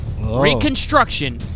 Reconstruction